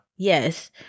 Yes